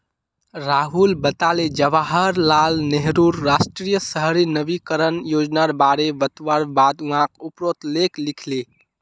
राहुल बताले जवाहर लाल नेहरूर राष्ट्रीय शहरी नवीकरण योजनार बारे बतवार बाद वाक उपरोत लेख लिखले